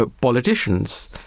politicians